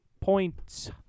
points